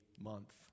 Month